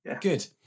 Good